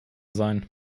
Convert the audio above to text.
sein